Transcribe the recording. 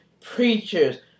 preachers